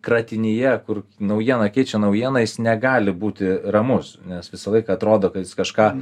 kratinyje kur naujiena keičia naujieną jis negali būti ramus nes visą laiką atrodo kad jis kažką